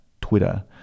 Twitter